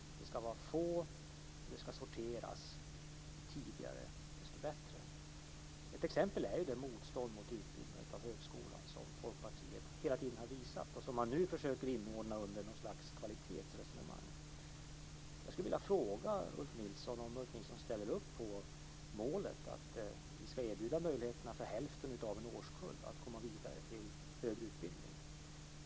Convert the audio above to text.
Det ska vara få, och det ska sorteras, ju tidigare desto bättre. Ett exempel är det motstånd mot utbyggnaden av högskolan som Folkpartiet hela tiden har visat och som man nu försöker att inordna under något slags kvalitetsresonemang. Jag skulle vilja fråga om Ulf Nilsson ställer upp på målet att vi ska erbjuda möjligheterna för hälften av en årskull att komma vidare till högre utbildning.